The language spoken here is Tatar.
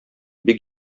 бик